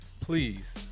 please